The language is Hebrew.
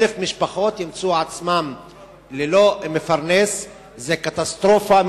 1,000 משפחות ימצאו עצמן ללא מפרנס, זו קטסטרופה.